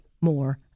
more